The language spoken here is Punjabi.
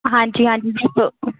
ਹਾਂਜੀ ਹਾਂਜੀ